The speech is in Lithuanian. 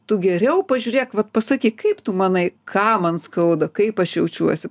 tu geriau pažiūrėk vat pasakyk kaip tu manai ką man skauda kaip aš jaučiuosi